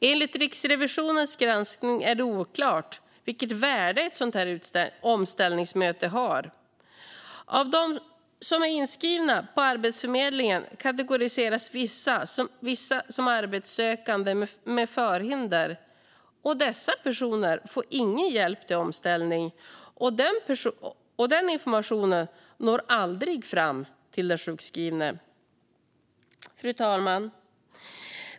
Enligt Riksrevisionens granskning är det oklart vilket värde ett omställningsmöte har. Av dem som är inskrivna på Arbetsförmedlingen kategoriseras vissa som arbetssökande med förhinder, och dessa personer får ingen hjälp till omställning. Den informationen når aldrig fram till den sjukskrivne. Fru talman!